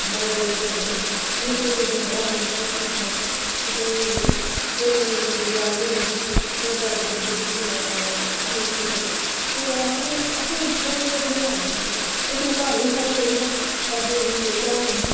बड़े टेस्ट हुंदे हे फ्ही असें जिस दिन बड़ा मन करै असें आखना कि असें जाच नी औंदी ही मेरी दादी लांदी ही च खमीरे फिर अस बी असें आखेआ कि असें लाने खमीरे उस दिन घर नी साढ़े कोई हा दादी मम्मी कोई घर नेहे